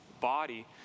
body